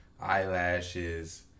eyelashes